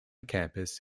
campus